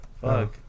Fuck